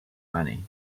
money